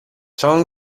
zhang